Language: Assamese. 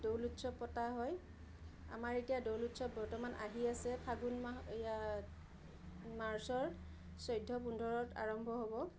দৌল উৎসৱ পতা হয় আমাৰ এতিয়া দৌল উৎসৱ বৰ্তমান আহি আছে ফাগুন মাহ ইয়াৰ মাৰ্চৰ চৈধ্য পোন্ধৰত আৰম্ভ হ'ব